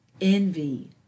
envy